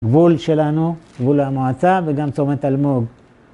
גבול שלנו, גבול המועצה, וגם צומת אלמוג